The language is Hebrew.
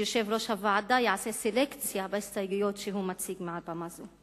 שיושב-ראש הוועדה יעשה סלקציה בהסתייגויות שהוא מציג מעל במה זו.